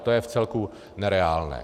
To je vcelku nereálné.